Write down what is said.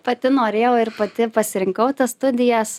pati norėjau ir pati pasirinkau studijas